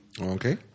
Okay